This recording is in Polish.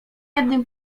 jednym